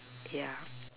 yeah